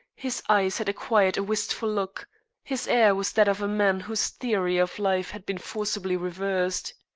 his eyes had acquired a wistful look his air was that of a man whose theory of life had been forcibly reversed.